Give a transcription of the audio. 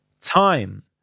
time